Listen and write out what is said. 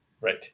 Right